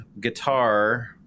guitar